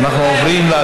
46. נגד, אין מתנגדים.